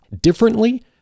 differently